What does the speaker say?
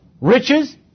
Riches